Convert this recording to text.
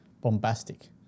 bombastic